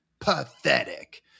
Pathetic